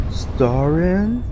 starring